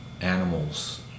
animals